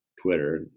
Twitter